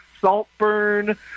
Saltburn